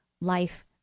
life